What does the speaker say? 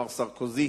מר סרקוזי,